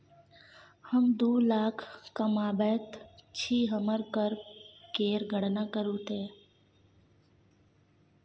हम दू लाख कमाबैत छी हमर कर केर गणना करू ते